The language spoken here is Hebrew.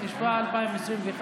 התשפ"א 2021,